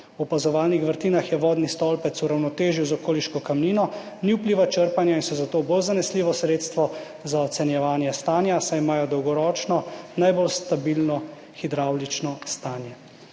V opazovalnih vrtinah je vodni stolpec uravnotežen z okoliško kamnino, ni vpliva črpanja in so zato bolj zanesljivo sredstvo za ocenjevanje stanja, saj imajo dolgoročno najbolj stabilno hidravlično stanje.